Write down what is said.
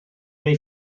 neu